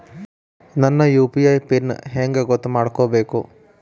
ನನ್ನ UPI PIN ಹೆಂಗ್ ಗೊತ್ತ ಮಾಡ್ಕೋಬೇಕು?